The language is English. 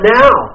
now